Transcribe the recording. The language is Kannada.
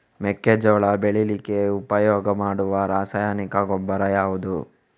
ಮೆಕ್ಕೆಜೋಳ ಬೆಳೀಲಿಕ್ಕೆ ಉಪಯೋಗ ಮಾಡುವ ರಾಸಾಯನಿಕ ಗೊಬ್ಬರ ಯಾವುದು?